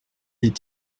est